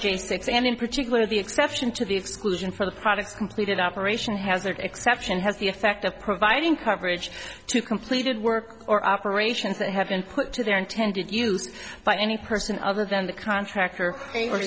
six and in particular the exception to the exclusion for the products completed operation has that exception has the effect of providing coverage to completed work or operations that have been put to their intended use by any person other than the contractor or